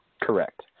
Correct